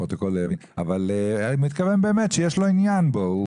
אבל הוא מתכוון שיש לו עניין בו.